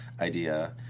idea